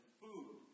food